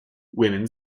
women